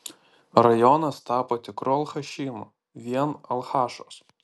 rajonas tapo tikru alchašynu vien alchašos